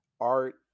art